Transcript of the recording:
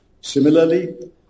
Similarly